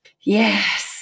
yes